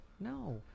No